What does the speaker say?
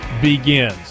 begins